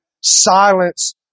silence